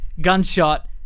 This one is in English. gunshot